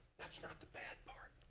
that's not the bad part.